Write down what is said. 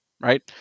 right